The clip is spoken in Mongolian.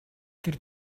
тэр